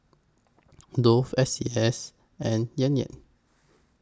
Dove S C S and Yan Yan